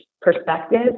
perspective